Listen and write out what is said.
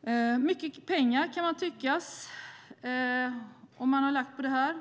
Det är mycket pengar som man kan tycka att det har lagts på detta.